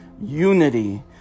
unity